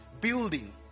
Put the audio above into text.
building